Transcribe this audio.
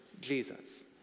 Jesus